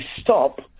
stop